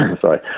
Sorry